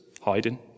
hiding